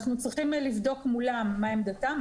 אנחנו צריכים לבדוק מולם מה עמדתם,